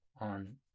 on